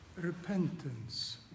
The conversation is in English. repentance